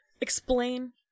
explain